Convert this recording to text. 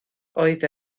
oedd